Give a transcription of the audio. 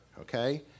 okay